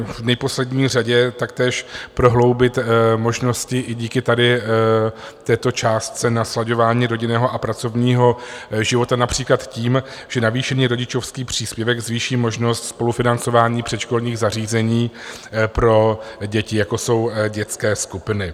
V neposlední řadě taktéž prohloubit možnosti i díky tady této částce na slaďování rodinného a pracovního života například tím, že navýšený rodičovský příspěvek zvýší množnost spolufinancování předškolních zařízení pro děti, jako jsou dětské skupiny.